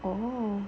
oh